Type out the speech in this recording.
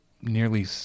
nearly